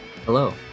Hello